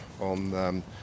on